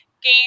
game